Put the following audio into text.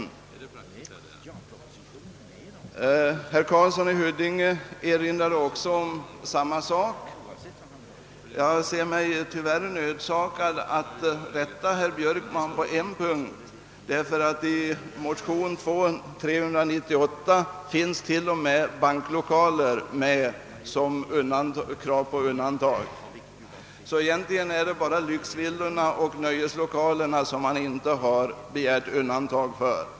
Även herr Karlsson i Huddinge erinrade oss om det. Jag ser mig tyvärr nödsakad att rätta herr Björkman på en punkt, ty i motionen II: 398 finns t.o.m. banklokaler upptagna som krav på undantag från investeringsavgiften. Egentligen är det bara lyxvillorna och = nöjeslokalerna som man inte har begärt undantag för.